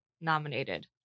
nominated